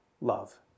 love